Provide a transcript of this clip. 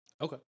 Okay